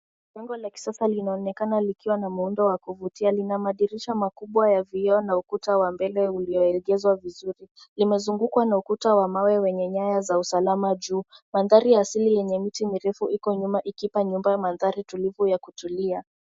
Jengo la kisasa linaonekana likiwa na muundo wa kuvutia. Lina madirisha makubwa ya vioo na ukuta wa mbele ulioegezwa vizuri. Limezungukwa na ukuta wa mawe wenye nyaya za usalama juu. Mandhari asili yenye miti mirefu iko nyuma, ikipa nyumba mandhari tulivu ya kutulia.